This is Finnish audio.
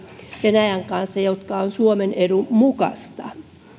venäjän kanssa mikä on suomen edun mukaista